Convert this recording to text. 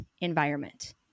environment